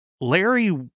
Larry